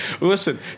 Listen